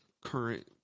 current